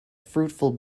fruitful